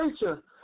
nature